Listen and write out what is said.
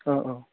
औ औ